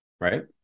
right